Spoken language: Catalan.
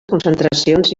concentracions